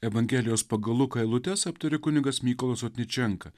evangelijos pagal luką eilutės aptaria kunigas mykolu otničenka